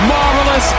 Marvelous